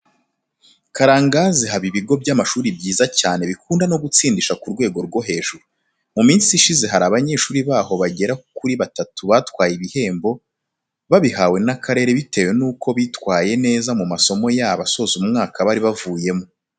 Karangazi haba ibigo by'amashuri byiza cyane bikunda no gutsindisha ku rwego rwo hejuru. Mu minsi ishize hari abanyeshuri baho bagera kuri batatu batwaye ibihembo, babihawe n'akarere bitewe nuko bitwaye neza mu masomo yabo asoza umwaka bari bavuyemo.